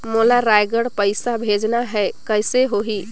मोला रायगढ़ पइसा भेजना हैं, कइसे होही?